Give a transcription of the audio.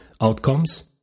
outcomes